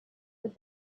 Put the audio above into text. but